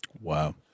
Wow